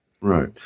Right